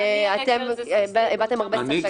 אתם הבעתם הרבה ספק לגבי זה.